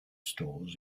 stores